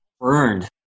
burned